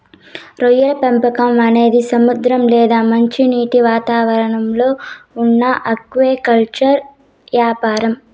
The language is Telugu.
రొయ్యల పెంపకం అనేది సముద్ర లేదా మంచినీటి వాతావరణంలో ఉన్న ఆక్వాకల్చర్ యాపారం